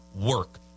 work